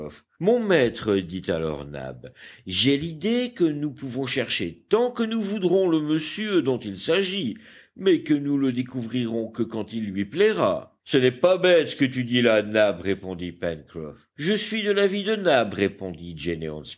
mon maître dit alors nab j'ai l'idée que nous pouvons chercher tant que nous voudrons le monsieur dont il s'agit mais que nous ne le découvrirons que quand il lui plaira ce n'est pas bête ce que tu dis là nab répondit pencroff je suis de l'avis de nab répondit